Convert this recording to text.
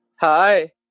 Hi